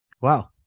Wow